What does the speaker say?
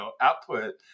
output